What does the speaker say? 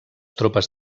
tropes